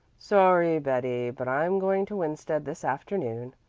sorry, betty, but i'm going to winsted this afternoon.